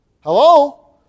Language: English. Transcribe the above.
Hello